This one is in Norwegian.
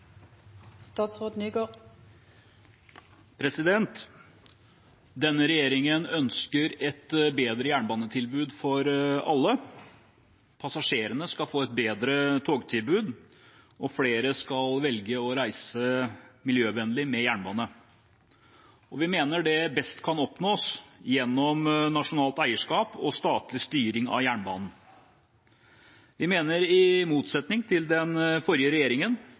Denne regjeringen ønsker et bedre jernbanetilbud for alle. Passasjerene skal få et bedre togtilbud, og flere skal velge å reise miljøvennlig med jernbane. Vi mener det best kan oppnås gjennom nasjonalt eierskap og statlig styring av jernbanen. Vi mener, i motsetning til den forrige regjeringen,